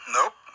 Nope